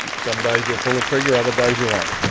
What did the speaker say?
some days you'll pull a trigger, other days you won't.